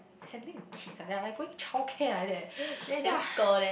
handling a kids like that I like going child care like that !wah!